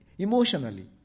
Emotionally